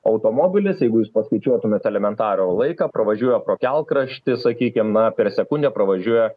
automobilis jeigu jūs paskaičiuotumėt elementarų laiką pravažiuoja pro kelkraštį sakykim na per sekundę pravažiuoja